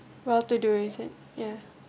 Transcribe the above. well to do is it ya